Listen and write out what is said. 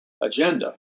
agenda